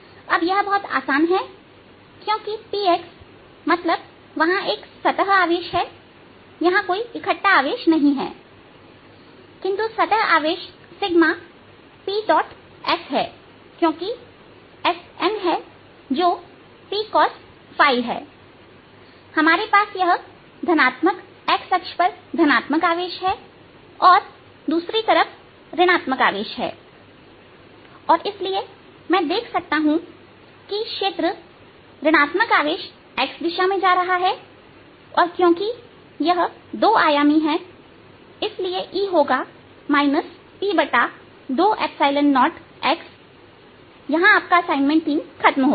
अब यह बहुत आसान है क्योंकि Pxमतलब वहां एक सतह आवेश है वहां कोई इकट्ठा आवेश नहीं है किंतु सतह आवेश PS क्योंकि Sn है जो Pcos है हमारे पास यह एक धनात्मक x अक्ष पर धनात्मक आवेश है और दूसरी तरफ ऋण आत्मक आवेश है और इसलिए मैं देख सकता हूं कि क्षेत्र ऋण आत्मक x दिशा में जा रहा है और क्योंकि यह दो आयामी है इसलिए E होगा P20xयहां असाइनमेंट 3 खत्म होता है